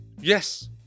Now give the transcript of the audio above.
Yes